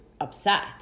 upset